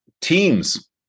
Teams